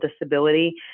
disability